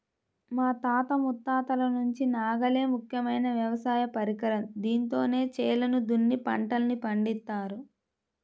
మా తాత ముత్తాతల నుంచి నాగలే ముఖ్యమైన వ్యవసాయ పరికరం, దీంతోనే చేలను దున్ని పంటల్ని పండిత్తారు